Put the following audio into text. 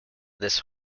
this